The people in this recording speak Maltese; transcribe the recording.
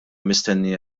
mistennija